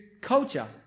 culture